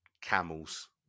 camels